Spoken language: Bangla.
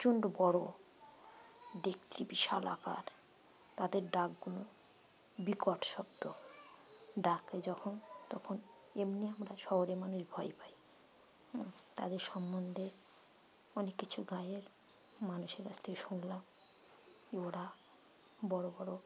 প্রচণ্ড বড়ো দেখতে বিশাল আকার তাদের ডাকগুলো বিকট শব্দ ডাকে যখন তখন এমনি আমরা শহরের মানুষ ভয় পাই তাদের সম্বন্ধে অনেক কিছু গায়ের মানুষের কাছ থেকে শুনলাম যে ওরা বড়ো বড়ো